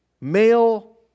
male